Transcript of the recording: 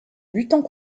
luttant